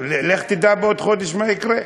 לך תדע בעוד חודש מה יקרה,